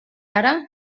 ara